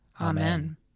Amen